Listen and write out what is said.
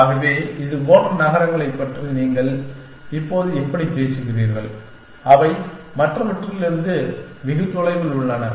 ஆகவே இதுபோன்ற நகரங்களைப் பற்றி நீங்கள் இப்போது எப்படிப் பேசுகிறீர்கள் அவை மற்றவற்றிலிருந்து வெகு தொலைவில் உள்ளன